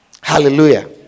Hallelujah